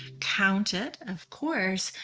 count it of course,